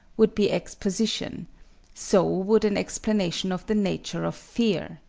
would be exposition so would an explanation of the nature of fear.